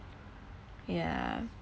ya